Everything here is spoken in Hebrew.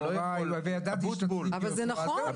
אתה לא יכול וידעת שתגידי שהוא צודק.